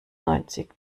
neunzig